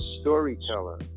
storyteller